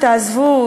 תעזבו,